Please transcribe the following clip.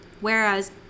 Whereas